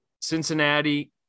Cincinnati